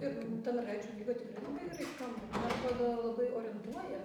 ir ta mergaičių lyga tikrai labai gerai skamba man atrodo labai orientuoja